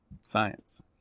Science